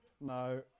no